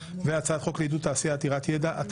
הצבעה אחת על שלושתן: הצעת חוק לעידוד תעשייה עתירת ידע (הוראת שעה),